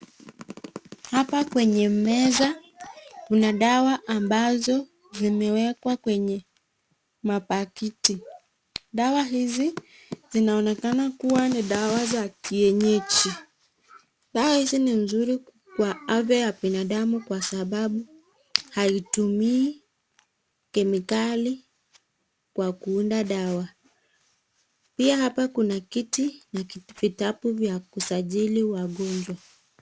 Hapa kwenye meza kuna dawa ambazo zimewekwa kwenye mapakiti, dawa hizi zinaonekana kuwa ni dawa za kienyeji, dawa hizi ni nzuri kwa afya ya binadamu kwa sababu haitumii kemikali kwa kuunda dawa, pia hapa kuna kiti na vitabu vya kusajili wagonjwa.